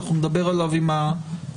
אנחנו נדבר עליו עם הרשות.